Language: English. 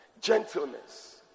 gentleness